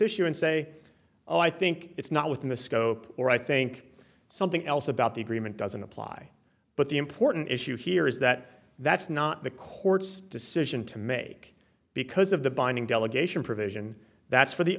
issue and say oh i think it's not within the scope or i think something else about the agreement doesn't apply but the important issue here is that that's not the court's decision to make because of the binding delegation provision that's for the